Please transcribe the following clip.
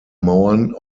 mauern